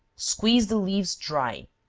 squeeze the leaves dry,